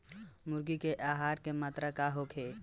मुर्गी के आहार के मात्रा का होखे?